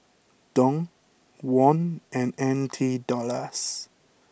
Dong Won and N T dollars